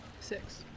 Six